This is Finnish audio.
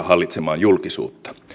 hallitsemaan julkisuutta